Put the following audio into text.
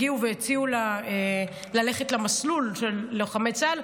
הגיעו והציעו לה ללכת למסלול של לוחמי צה"ל,